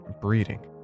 breeding